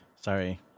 Sorry